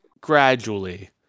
gradually